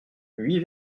huit